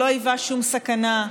שלא היווה שום סכנה,